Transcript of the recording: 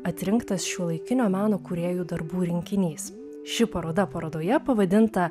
atrinktas šiuolaikinio meno kūrėjų darbų rinkinys ši paroda parodoje pavadinta